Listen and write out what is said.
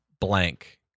blank